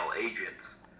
agents